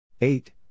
Eight